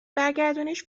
برگردونیش